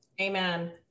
Amen